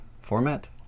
format